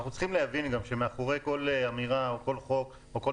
אנחנו צריכים להבין שמאחורי כל אמירה או כל חוק או כל